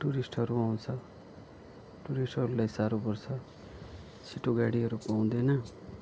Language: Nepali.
टुरिस्टहरू आउँछ टुरिस्टहरूलाई साह्रो पर्छ छिटो गाडीहरू पाउँदैन